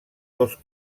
dos